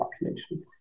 population